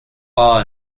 awe